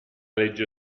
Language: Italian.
legge